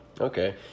Okay